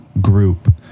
group